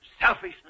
selfishness